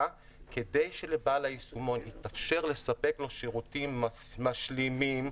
כדי שלבעל היישומון יתאפשר לספק לו שירותים משלימים,